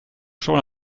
schon